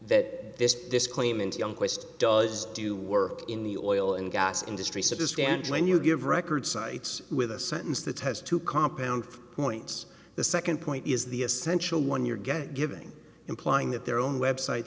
that that this claim and young quest does do work in the oil and gas industry so to stand when you give record cites with a sentence that has two compound points the second point is the essential one your get giving implying that their own website